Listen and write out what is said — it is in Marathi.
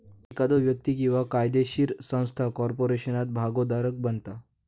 एखादो व्यक्ती किंवा कायदोशीर संस्था कॉर्पोरेशनात भागोधारक बनता